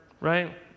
right